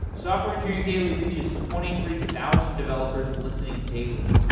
software engineering daily reaches twenty three thousand developers listening daily.